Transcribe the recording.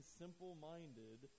simple-minded